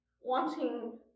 wanting